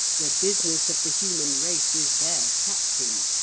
the business of the human race is their captain.